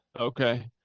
Okay